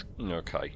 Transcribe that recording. Okay